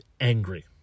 Angry